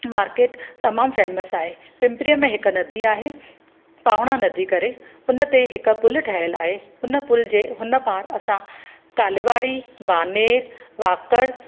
market तमामु famous आहे पिंपरीअ में हिकु नदी आहे पाउणा नदी करे हुन ते हिकु पुल ठहियल आहे हुन पुल जे हुन पार असां कालेवाड़ी बानेर वाकर